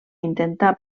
intentar